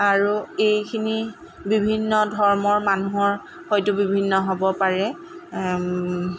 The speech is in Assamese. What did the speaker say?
আৰু এইখিনি বিভিন্ন ধৰ্মৰ মানুহৰ হয়তো বিভিন্ন হ'ব পাৰে